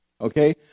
okay